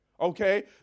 okay